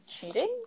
cheating